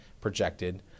projected